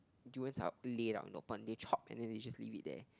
durians are laid out in the open they chop and then they just leave it there